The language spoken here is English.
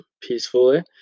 peacefully